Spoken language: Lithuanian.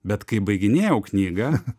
bet kai baiginėjau knygą